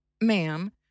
Ma'am